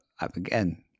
Again